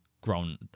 grown